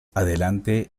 adelante